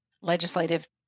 legislative